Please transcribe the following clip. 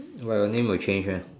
why your name will change meh